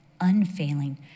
unfailing